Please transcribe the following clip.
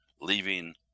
leaving